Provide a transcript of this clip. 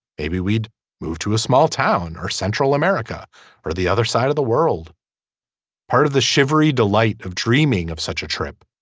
maybe we'd moved to a small town or central america or the other side of the world part of the shivery delight of dreaming of such a trip.